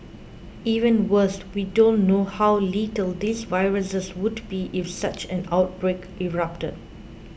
even worse we don't know how lethal these viruses would be if such an outbreak erupted